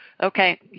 Okay